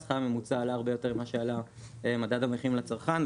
השכר הממוצע עלה הרבה יותר ממה שעלה מדד המחירים לצרכן,